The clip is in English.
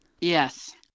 Yes